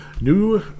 New